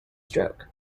stroke